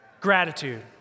Gratitude